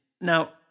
Now